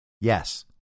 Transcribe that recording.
Yes